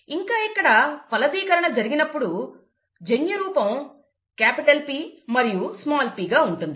ఇంకా ఇక్కడ ఫలదీకరణ జరిగినప్పుడు జన్యురూపం క్యాపిటల్ P మరియు స్మాల్ p గా ఉంటుంది